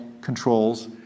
controls